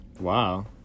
Wow